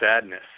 sadness